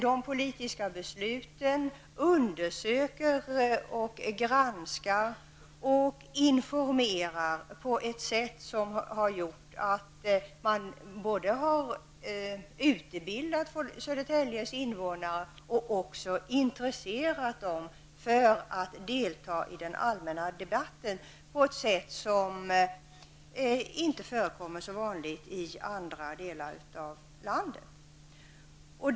De politiska besluten har inneburit att man undersöker, granskar och informerar med påföljd att Södertäljes invånare har utbildats och också intresserats för att delta i den allmänna debatten på ett sätt som inte är så vanligt i andra delar av landet.